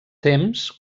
temps